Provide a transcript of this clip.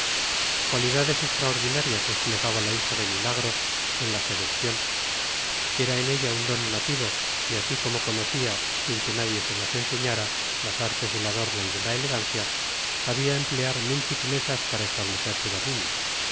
cualidades extraordinarias desplegaba la hija de milagro en la seducción era en ella un don nativo y así como conocía sin que nadie se las enseñara las artes del adorno y de la elegancia sabía emplear mil sutilezas para establecer su dominio